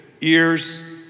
Ears